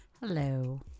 Hello